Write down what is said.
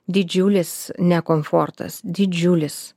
didžiulis ne komfortas didžiulis